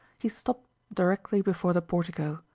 he stopped directly before the portico,